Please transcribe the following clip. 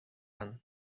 ann